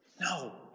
No